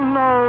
no